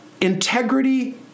Integrity